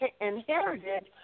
inherited